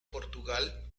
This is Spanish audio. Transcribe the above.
portugal